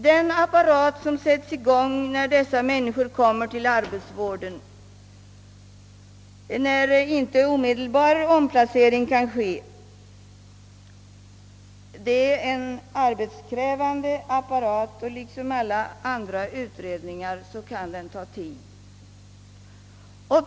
Den apparat, som sätts i gång när dessa människor kommer till arbetsvården och en omedelbar omplacering inte kan ske, är arbetskrävande, och liksom alla andra utredningar kan den ta tid.